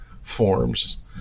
forms